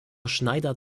schneider